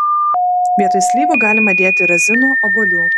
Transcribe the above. vietoj slyvų galima dėti razinų obuolių